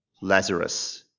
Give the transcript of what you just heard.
Lazarus